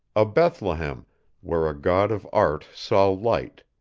a bethlehem where a god of art saw light,